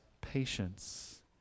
patience